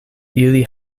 ili